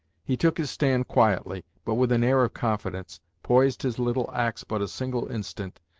he took his stand quietly, but with an air of confidence, poised his little axe but a single instant,